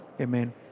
amen